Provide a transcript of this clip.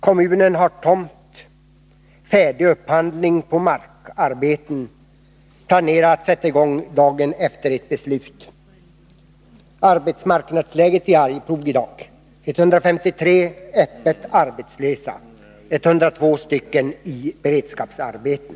Kommunen har tomt, färdig upphandling av markarbeten och planer på att sätta i gång dessa dagen efter ett beslut. Arbetsmarknadsläget i Arjeplog är i dag: 153 öppet arbetslösa, 102 i beredskapsarbeten.